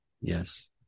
Yes